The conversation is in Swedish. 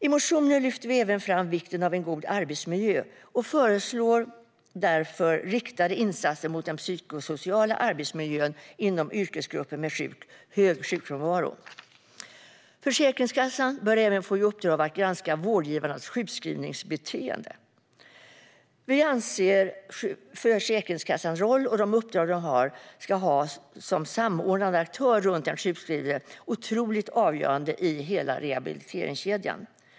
I motioner lyfter vi även fram vikten av en god arbetsmiljö och föreslår därför riktade insatser för den psykosociala arbetsmiljön inom yrkesgrupper med hög sjukfrånvaro. Försäkringskassan bör även få i uppdrag att granska vårdgivares sjukskrivningsbeteende. Vi anser att Försäkringskassans roll och de uppdrag den bör ha som samordnande aktör runt den sjukskrivne personen är avgörande i hela rehabiliteringskedjan.